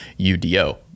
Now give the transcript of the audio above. udo